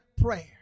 prayer